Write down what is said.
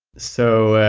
so,